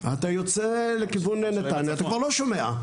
אתה יוצא לכיוון נתניה, אתה כבר לא שומע.